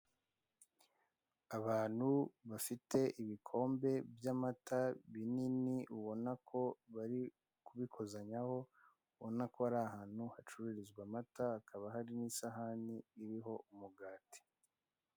Abantu bafite ibikombe by'amata binini, ubona ko bari kubikozanyaho, ubona ko ari ahantu hacururizwa amata, hakaba hari n'isahani iriho umugati.